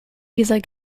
dieser